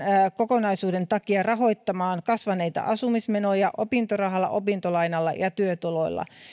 kokonaisuuden takia rahoittamaan kasvaneita asumismenoja opintorahalla opintolainalla ja työtuloilla